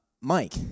mike